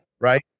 Right